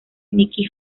nicky